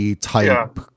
type